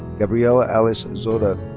gabriella alice zodda.